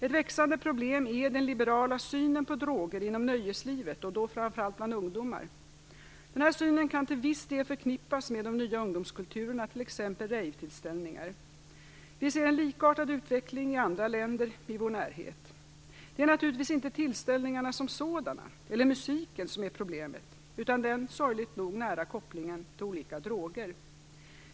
Ett växande problem är den liberala synen på droger inom nöjeslivet och då framför allt bland ungdomar. Denna syn kan till viss del förknippas med de nya ungdomskulturerna, t.ex. rejvtillställningar. Vi ser en likartad utveckling i andra länder i vår närhet. Det är naturligtvis inte tillställningarna som sådana eller musiken som är problemet utan den, sorgligt nog, nära kopplingen till olika droger.